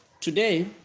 today